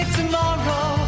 tomorrow